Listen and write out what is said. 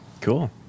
Cool